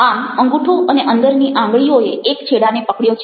આમ અંગૂઠો અને અંદરની આંગળીઓએ એક છેડાને પકડયો છે